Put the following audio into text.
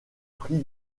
prix